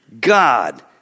God